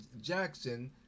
Jackson